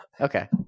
Okay